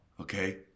okay